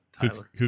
Tyler